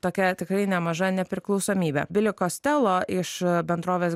tokia tikrai nemaža nepriklausomybė bili kostelo iš bendrovės